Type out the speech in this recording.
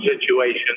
situation